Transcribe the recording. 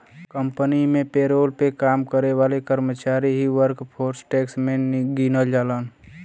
company में payroll पे काम करे वाले कर्मचारी ही वर्कफोर्स टैक्स में गिनल जालन